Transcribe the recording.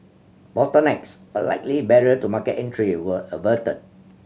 bottlenecks a likely barrier to market entry were averted